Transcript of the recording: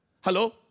Hello